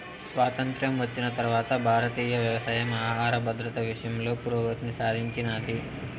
స్వాతంత్ర్యం వచ్చిన తరవాత భారతీయ వ్యవసాయం ఆహర భద్రత విషయంలో పురోగతిని సాధించినాది